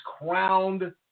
crowned